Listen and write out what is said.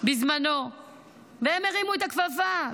בזמנו והם הרימו את הכפפה.